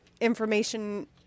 information